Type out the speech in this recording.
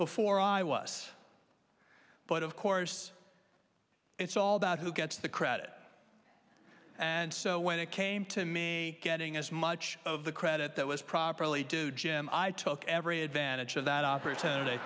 before i was but of course it's all about who gets the credit and so when it came to me getting as much of the credit that was properly do jim i took every advantage of that opportunity